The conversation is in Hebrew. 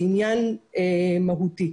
זה עניין מהותי.